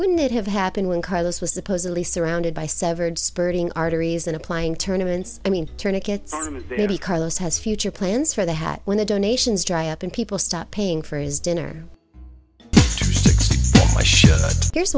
wouldn't it have happened when carlos was supposedly surrounded by severed spurting arteries in applying tournaments i mean turn it gets to be carlos has future plans for the hat when the donations dry up and people stop paying for his dinner here's